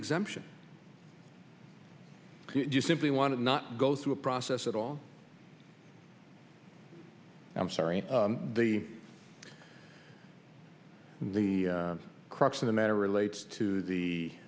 exemption you simply want to not go through a process at all i'm sorry the the crux of the matter relates to